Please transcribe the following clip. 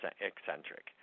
eccentric